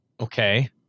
Okay